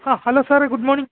ആ ഹലോ സാറേ good morning